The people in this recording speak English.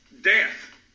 death